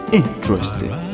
interesting